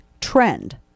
trend